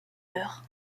heure